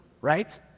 right